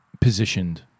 positioned